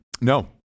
no